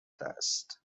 دست